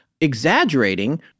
exaggerating